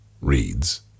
reads